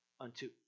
Unto